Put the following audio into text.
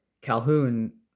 Calhoun